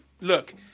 Look